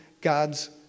God's